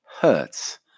hurts